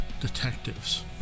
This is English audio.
detectives